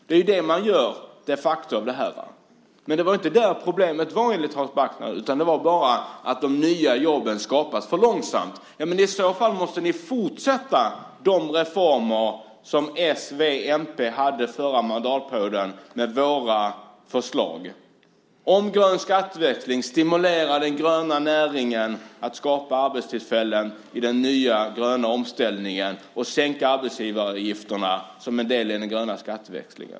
Det är ju det som man de facto gör. Men det var ju inte där som problemet var enligt Hans Backman, utan problemet var bara att de nya jobben skapas för långsamt. Men i så fall måste ni fortsätta med de reformer som s, v och mp föreslog under den förra mandatperioden. Det handlar om grön skatteväxling, att stimulera den gröna näringen, att skapa arbetstillfällen vid den nya gröna omställningen och att sänka arbetsgivaravgifterna som en del i den gröna skatteväxlingen.